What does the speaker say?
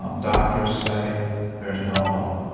um doctors say there is no hope.